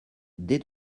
dès